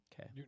Okay